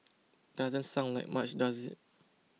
doesn't sound like much does it